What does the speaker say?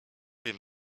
wiem